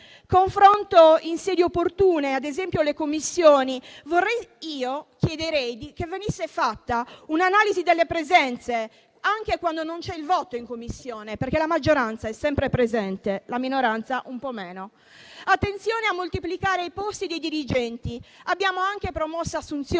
confronto in sedi opportune, ad esempio le Commissioni, vorrei chiedere che venisse fatta un'analisi delle presenze, anche quando non sono previste votazioni, perché la maggioranza è sempre presente, la minoranza un po' meno. Attenzione a moltiplicare i posti dei dirigenti: abbiamo anche promosso assunzioni,